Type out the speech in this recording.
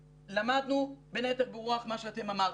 למדנו בין היתר ברוח מה שאתם אמרתם.